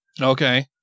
Okay